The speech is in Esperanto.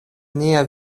nia